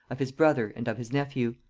of his brother and of his nephew.